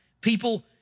People